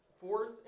fourth